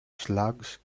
slugs